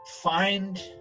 find